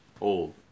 old